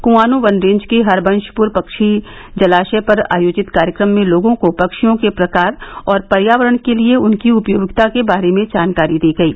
कुआनो वन रेंज के हरबंशपुर पंछी जलाशय पर आयोजित कार्यक्रम में लोगों को पक्षियों के प्रकार और पर्यावरण के लिए उनकी उपयोगिता के बारे में जानकारी दी गयी